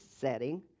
setting